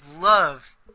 love